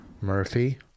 Murphy